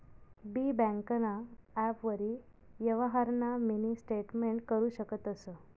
बी ब्यांकना ॲपवरी यवहारना मिनी स्टेटमेंट करु शकतंस